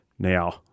Now